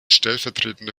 stellvertretende